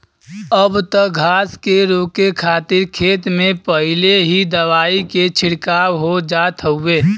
अब त घास के रोके खातिर खेत में पहिले ही दवाई के छिड़काव हो जात हउवे